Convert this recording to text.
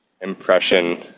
impression